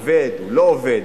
עובד או לא עובד?